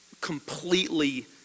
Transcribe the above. completely